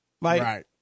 Right